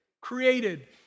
created